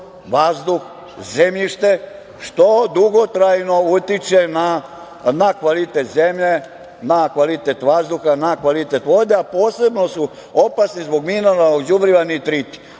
vazduh, zemljište, što dugotrajno utiče na kvalitet zemlje, na kvalitet vazduha, na kvalitet vode, a posebno su opasni zbog mineralnog đubriva nitriti.